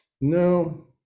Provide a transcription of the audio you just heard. no